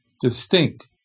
distinct